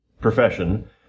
profession